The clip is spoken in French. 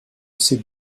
ces